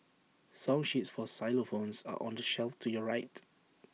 song sheets for xylophones are on the shelf to your right